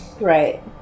Right